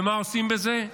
ומה עושים עם זה?